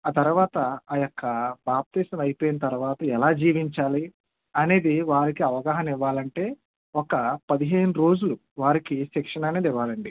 ఆ తరవాత ఆ యొక్క బాప్తీసం అయిపోయిన తరువాత ఎలా జీవించాలి అనేది వారికి అవగాహన ఇవ్వాలంటే ఒక పదిహేను రోజులు వారికి శిక్షణ అనేది ఇవ్వాలండి